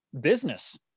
business